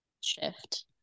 shift